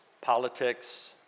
politics